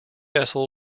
vessel